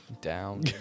Down